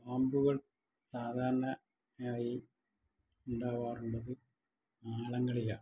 പാമ്പുകൾ സാധാരണ ആയി ഉണ്ടാവാറുള്ളത് മാളങ്ങളിലാണ്